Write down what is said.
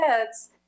kids